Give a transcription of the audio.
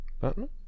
Batman